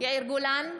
יאיר גולן,